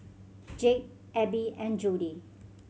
Jake Abbey and Jody